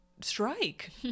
strike